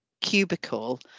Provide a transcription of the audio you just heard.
cubicle